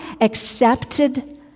accepted